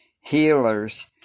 healers